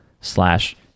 slash